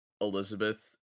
Elizabeth